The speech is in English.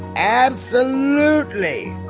absolutely.